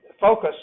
focus